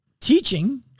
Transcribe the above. teaching